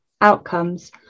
outcomes